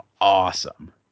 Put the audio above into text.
awesome